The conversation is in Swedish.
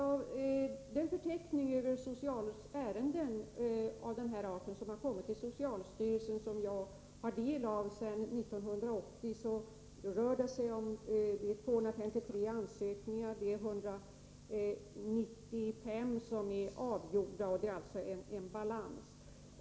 Av den förteckning över ärenden av den här arten som kommit till socialstyrelsen sedan 1980 framgår att det rör sig om 253 ansökningar och att 195 är avgjorda. Det är alltså en balans.